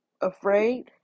afraid